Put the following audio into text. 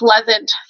pleasant